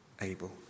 Abel